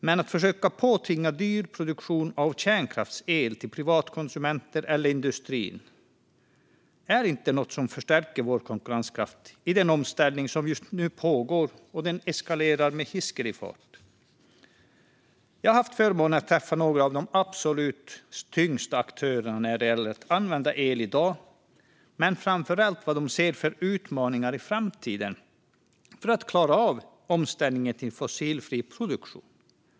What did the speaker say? Men att försöka påtvinga privatkonsumenter eller industri dyr produktion av kärnkraftsel är inte något som förstärker vår konkurrenskraft i den omställning som just nu pågår, och den eskalerar med hiskelig fart. Jag har haft förmånen att träffa några av de absolut tyngsta aktörerna när det gäller elanvändning i dag och diskutera framför allt vilka utmaningar de ser i framtiden för att vi ska klara av omställningen till fossilfri produktion.